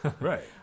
Right